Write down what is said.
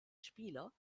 spieler